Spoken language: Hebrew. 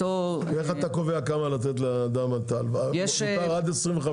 קובע כמה לתת הלוואה לבן אדם?